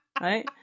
Right